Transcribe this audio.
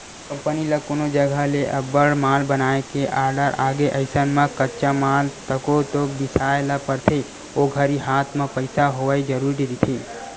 company ल कोनो जघा ले अब्बड़ माल बनाए के आरडर आगे अइसन म कच्चा माल तको तो बिसाय ल परथे ओ घरी हात म पइसा होवई जरुरी रहिथे